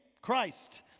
Christ